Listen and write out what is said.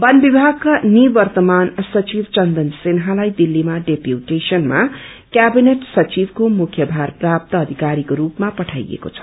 वन विभागको निवर्तमान सचिव चन्दन सिन्हालाई दिल्लीमा डेपुटेशनमा क्याबिनेट सचिवक्रो मुख्य पार प्राप्त अधिकारीको रूपमा पठाइएको छ